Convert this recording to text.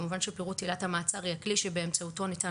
כמובן שפירוט עילת המעצר היא הכלי שבאמצעותו ניתן